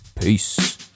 Peace